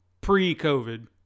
pre-COVID